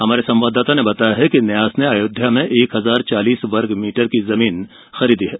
हमारे संवाददाता ने बताया कि न्यास ने अयोध्या में एक हजार चालीस वर्ग मीटर जमीन खरीदी है